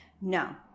No